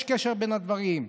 יש קשר בין הדברים.